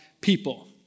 people